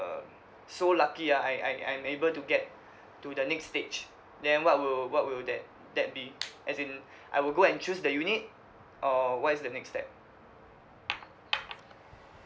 so lucky ah I I I I'm able to get to the next stage then what will what will that that be as in I will go and choose the unit or what is the next step